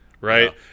right